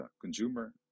consumer